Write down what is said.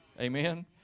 amen